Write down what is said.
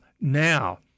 now